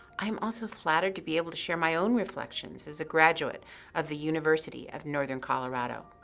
i'm also flattered to be able to share my own reflections as a graduate of the university of northern colorado.